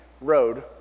road